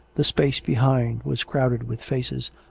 the space behind was crowded with faces,